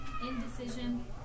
indecision